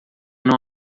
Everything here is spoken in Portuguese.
não